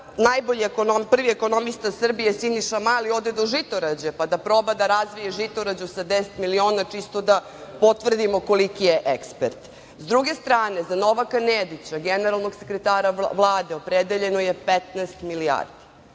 da prvi ekonomista Srbije, Siniša Mali, ode do Žitorađe pa da proba da razvije Žitorađu sa 10 miliona, čisto da potvrdimo koliki je ekspert. Sa druge strane, za Novaka Nedića, generalnog sekretara Vlade, opredeljeno je 15 milijarde.